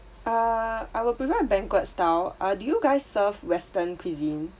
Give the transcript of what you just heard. uh I will prefer banquet style uh do you guys serve western cuisine